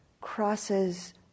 crosses